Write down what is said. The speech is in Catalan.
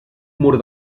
mur